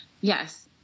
Yes